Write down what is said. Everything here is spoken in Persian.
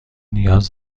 نیاز